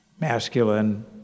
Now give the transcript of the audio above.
Masculine